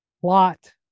plot